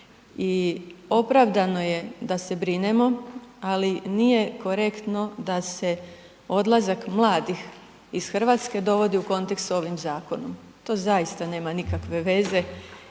i opravdano je da se brinemo, ali nije korektno da se odlazak mladih iz Hrvatske dovodi u kontekst s ovim zakonom. To zaista nema nikakve veze